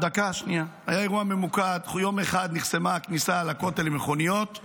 יום אחד נחסמה הכניסה של מכוניות לכותל.